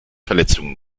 verletzungen